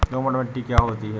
दोमट मिट्टी क्या होती हैं?